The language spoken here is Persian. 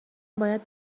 باید